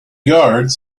guards